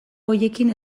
horiekin